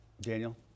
Daniel